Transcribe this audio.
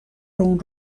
اون